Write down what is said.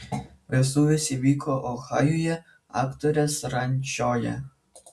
vestuvės įvyko ohajuje aktorės rančoje